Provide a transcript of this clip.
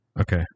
Okay